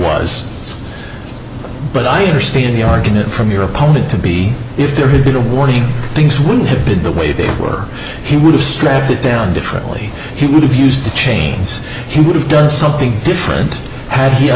was but i understand the argument from your opponent to be if there had been a warning things wouldn't have been the way they were he would have strapped it down differently he would have used the chains he would have done something different had he